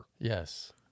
Yes